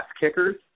kickers